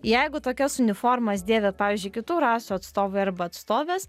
jeigu tokias uniformas dėvi pavyzdžiui kitų rasių atstovai arba atstovės